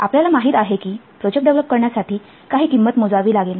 आपल्याला माहिती आहे की प्रोजेक्ट डेव्हलप करण्यासाठी काही किंमत मोजावी लागेल